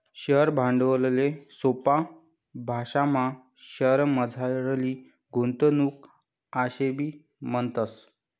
share भांडवलले सोपा भाशामा शेअरमझारली गुंतवणूक आशेबी म्हणतस